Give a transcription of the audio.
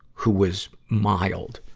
who was mild,